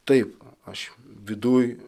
taip aš viduj